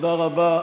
תודה רבה.